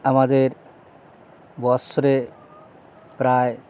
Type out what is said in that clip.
আমাদের বৎসরে প্রায়